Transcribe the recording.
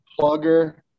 Plugger